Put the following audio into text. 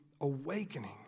awakening